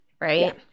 right